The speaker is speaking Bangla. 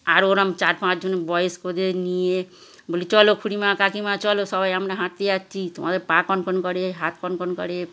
আর ওরকম চার পাঁচজন বয়স্কদের নিয়ে বলি চলো খুঁড়িমা কাকিমা চলো সবাই আমরা হাঁটতে যাচ্ছি তোমাদের পা কনকন করে হাত কনকন করে